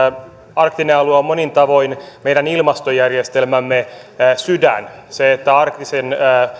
arktinen alue on monin tavoin meidän ilmastojärjestelmämme sydän arktisen